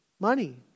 money